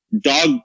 dog